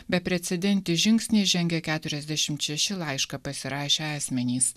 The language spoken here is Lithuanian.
beprecedentį žingsnį žengė keturiasdešim šeši laišką pasirašę asmenys